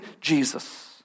Jesus